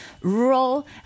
rural